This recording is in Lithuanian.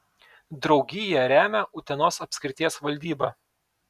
draugiją remia utenos apskrities valdyba